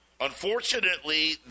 Unfortunately